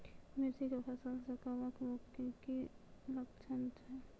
मिर्ची के फसल मे कवक रोग के की लक्छण छै?